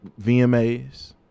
VMAs